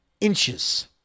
inches